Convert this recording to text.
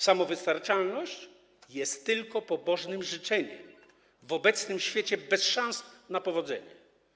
Samowystarczalność jest tylko pobożnym życzeniem, w obecnym świecie bez szans na powodzenie.